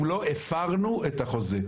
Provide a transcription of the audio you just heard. אם לא, הפרנו את החוזה.